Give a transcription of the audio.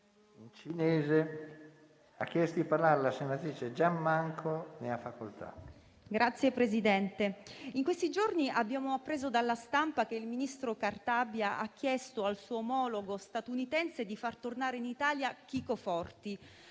in questi giorni abbiamo appreso dalla stampa che il ministro Cartabia ha chiesto al suo omologo statunitense di far tornare in Italia Chico Forti.